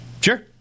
Sure